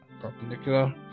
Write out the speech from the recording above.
perpendicular